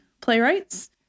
playwrights